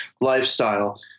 lifestyle